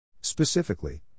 Specifically